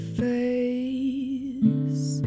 face